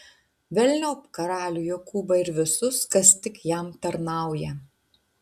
velniop karalių jokūbą ir visus kas tik jam tarnauja